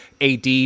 AD